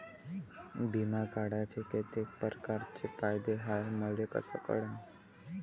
बिमा काढाचे कितीक परकारचे फायदे हाय मले कस कळन?